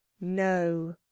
No